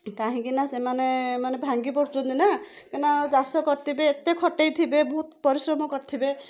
କାହିଁକିନା ସେମାନେ ମାନେ ଭାଙ୍ଗି ପଡ଼ୁଛନ୍ତି ନା କାଇଁନା ଚାଷ କରିଥିବେ ଏତେ ଖଟେଇ ଥିବେ ବହୁତ ପରିଶ୍ରମ କରିଥିବେ